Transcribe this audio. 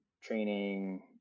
training